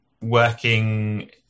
working